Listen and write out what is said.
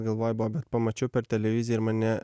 galvoj buvo bet pamačiau per televiziją ir mane